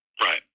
Right